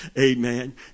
Amen